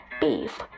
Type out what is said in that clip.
beef